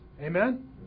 Amen